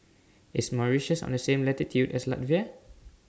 IS Mauritius on The same latitude as Latvia